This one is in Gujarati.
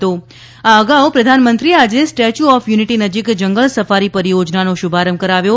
દરમ્યાન પ્રધાનમંત્રી એ આજે સ્ટેચ્યુ ઓફ યુનિટી નજીક જંગલ સફારી પરિયોજનાનો શુભારંભ કરાવ્યો